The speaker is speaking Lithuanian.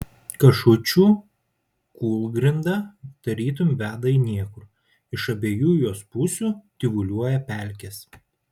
kašučių kūlgrinda tarytum veda į niekur iš abiejų jos pusių tyvuliuoja pelkės